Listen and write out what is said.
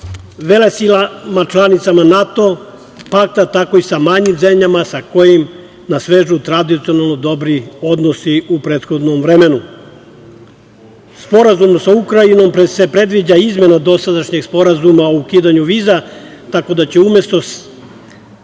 velesilama članicama NATO pakta, tako i sa manjim zemljama sa kojima nas vežu tradicionalno dobri odnosi u prethodnom vremenu. Sporazumom sa Ukrajinom se predviđa izmena dosadašnjeg sporazuma o ukidanju viza, tako da će umesto